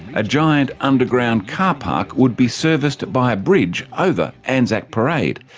a giant underground carpark would be serviced by a bridge over anzac parade,